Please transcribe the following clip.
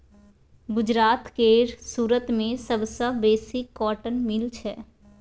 गुजरात केर सुरत मे सबसँ बेसी कॉटन मिल छै